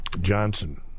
Johnson